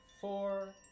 four